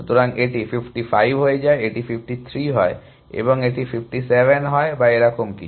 সুতরাং এটি 55 হয়ে যায় এটি 53 হয় এবং এটি 57 হয় বা এরকম কিছু